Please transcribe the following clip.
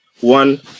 one